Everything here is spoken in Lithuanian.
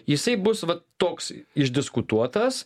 jisai bus vat toks išdiskutuotas